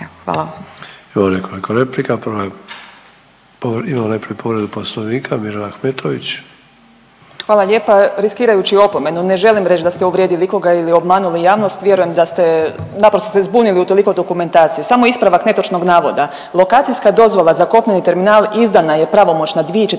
(HDZ)** Imamo nekoliko replika, prva je, imamo najprije povredu Poslovnika, Mirela Ahmetović. **Ahmetović, Mirela (SDP)** Hvala lijepa. Riskirajući opomenu ne želim reć da ste uvrijedili ikoga ili obmanuli javnost, vjerujem da ste naprosto se zbunili u toliko dokumentacije, samo ispravak netočnog navoda. Lokacijska dozvola za kopneni terminal izdana je pravomoćna